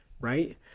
Right